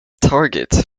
target